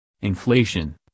Inflation